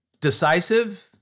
decisive